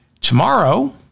Tomorrow